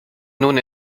nun